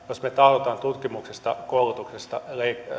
jos me tahdomme tutkimuksesta koulutuksesta